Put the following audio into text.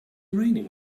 raining